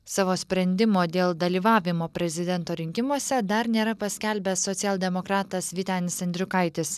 savo sprendimo dėl dalyvavimo prezidento rinkimuose dar nėra paskelbęs socialdemokratas vytenis andriukaitis